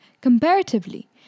comparatively